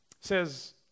says